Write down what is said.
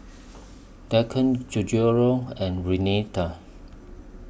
Dalton Gregorio and Renita